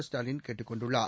ஸ்டாலின் கேட்டுக் கொண்டுள்ளார்